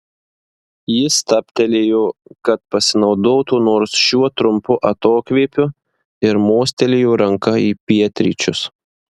jis stabtelėjo kad pasinaudotų nors šiuo trumpu atokvėpiu ir mostelėjo ranka į pietryčius